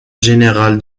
général